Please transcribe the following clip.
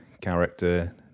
character